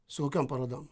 su kokiom parodom